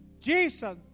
Jesus